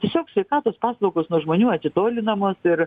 tiesiog sveikatos paslaugos nuo žmonių atitolinamos ir